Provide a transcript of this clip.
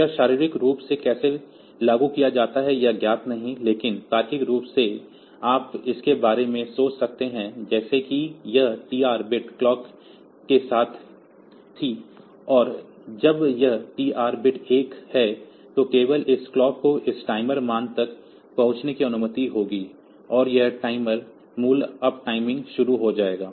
यह शारीरिक रूप से कैसे लागू किया जाता है यह ज्ञात नहीं है लेकिन तार्किक रूप से आप इसके बारे में सोच सकते हैं जैसे कि यह TR बिट क्लॉक के साथ थी और जब यह TR बिट 1 है तो केवल इस क्लॉक को इस टाइमर मान तक पहुंचने की अनुमति होगी और यह टाइमर मूल्य अपटाइमिंग शुरू हो जाएगा